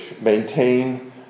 maintain